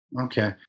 Okay